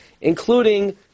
including